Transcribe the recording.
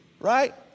Right